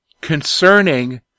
concerning